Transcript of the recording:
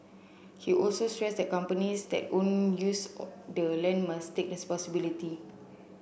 he also stressed that companies that own use or the land must take responsibility